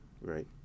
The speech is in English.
right